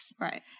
Right